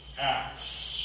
Acts